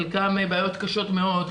חלקם עם בעיות קשות מאוד,